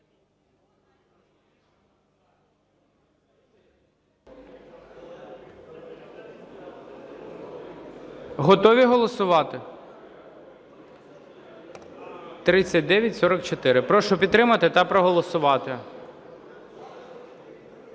Готові голосувати? 3944. Прошу підтримати та проголосувати.